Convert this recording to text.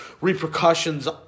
repercussions